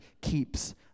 keeps